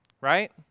Right